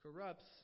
corrupts